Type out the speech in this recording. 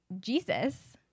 Jesus